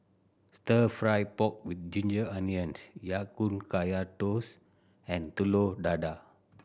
Stir Fried Pork With Ginger Onions Ya Kun Kaya Toast and Telur Dadah